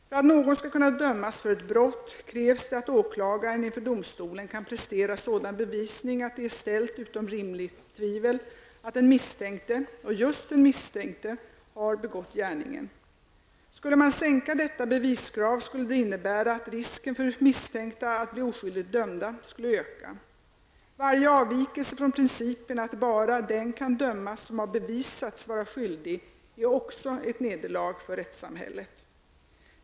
För att någon skall kunna dömas för ett brott krävs det att åklagaren inför domstolen kan prestera sådan bevisning att det är ställt utom rimligt tvivel att den misstänkte, och just den misstänkte, har begått gärningen. Skulle man sänka detta beviskrav, skulle det innebära att risken för misstänkta att bli oskyldigt dömda skulle öka. Varje avvikelse från principen att bara den kan dömas som har bevisats vara skyldig är också ett nederlag för rättssamhället.